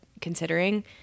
considering